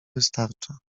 wystarcza